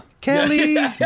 Kelly